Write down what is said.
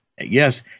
Yes